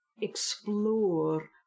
explore